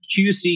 QC